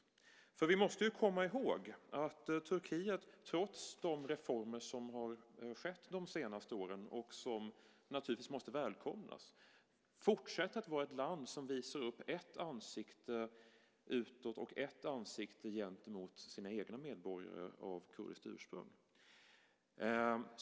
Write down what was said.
Vi måste komma ihåg att Turkiet, trots de reformer som har skett de senaste åren och som naturligtvis måste välkomnas, fortsätter vara ett land som visar upp ett ansikte utåt och ett annat gentemot sina egna medborgare av kurdiskt ursprung.